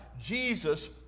Jesus